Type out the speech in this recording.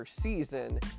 season